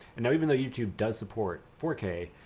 and now even though youtube does support four k,